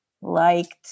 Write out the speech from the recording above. liked